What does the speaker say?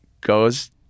goes